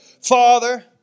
Father